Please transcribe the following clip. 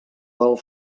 del